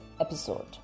episode